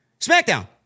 SmackDown